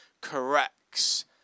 corrects